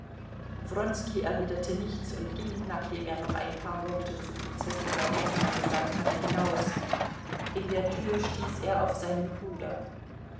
wronski erwiderte nichts und ging nachdem er noch ein paar worte zur prinzessin sorokina gesagt hatte hinaus in der tür stieß er auf seinen bruder